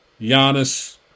Giannis